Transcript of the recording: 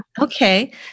Okay